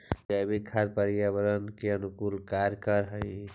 जैविक खाद पर्यावरण के अनुकूल कार्य कर हई